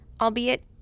albeit